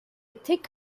thick